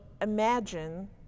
imagine